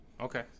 Okay